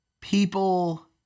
people